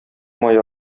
май